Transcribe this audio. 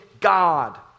God